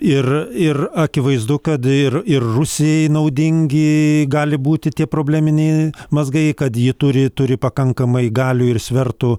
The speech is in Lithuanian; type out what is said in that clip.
ir ir akivaizdu kad ir ir rusijai naudingi gali būti tie probleminiai mazgai kad ji turi turi pakankamai galių ir svertų